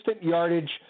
yardage